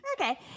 Okay